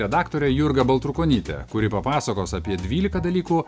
redaktorė jurga baltrukonytė kuri papasakos apie dvyliką dalykų